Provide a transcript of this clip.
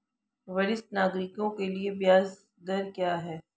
वरिष्ठ नागरिकों के लिए ब्याज दर क्या हैं?